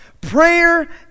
Prayer